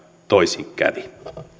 toisin kävi